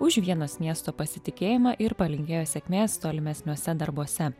už vienos miesto pasitikėjimą ir palinkėjo sėkmės tolimesniuose darbuose